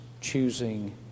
choosing